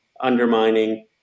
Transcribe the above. undermining